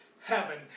heaven